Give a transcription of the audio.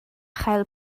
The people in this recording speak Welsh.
chael